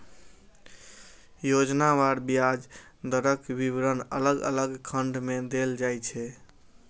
योजनावार ब्याज दरक विवरण अलग अलग खंड मे देल जाइ छै